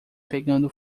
pegando